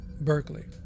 Berkeley